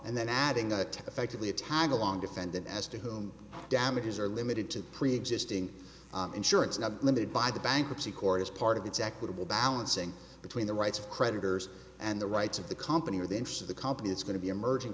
and then adding a affectively a tagalong defendant as to whom damages are limited to preexisting insurance not limited by the bankruptcy court as part of its equitable balancing between the rights of creditors and the rights of the company or the interest of the company is going to be emerging